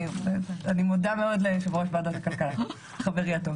אני מודה מאוד ליושב-ראש ועדת הכלכלה, חברי הטוב.